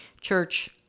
church